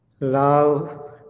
Love